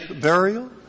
burial